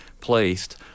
placed